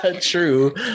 true